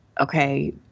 okay